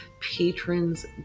patrons